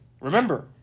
Remember